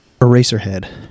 Eraserhead